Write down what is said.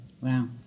Wow